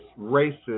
racist